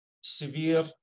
severe